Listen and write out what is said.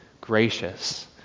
gracious